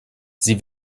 sie